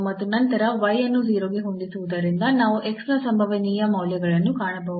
ಮತ್ತು ನಂತರ y ಅನ್ನು 0 ಗೆ ಹೊಂದಿಸುವುದರಿಂದ ನಾವು x ನ ಸಂಭವನೀಯ ಮೌಲ್ಯಗಳನ್ನು ಕಾಣಬಹುದು